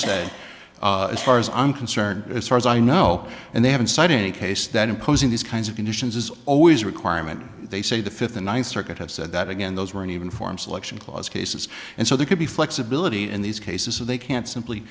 said as far as i'm concerned as far as i know and they haven't cited any case that imposing these kinds of conditions is always a requirement they say the fifty ninth circuit have said that again those weren't even form selection clause cases and so there could be flexibility in these cases so they can't simply